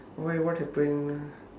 why what happened ah